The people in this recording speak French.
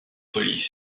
police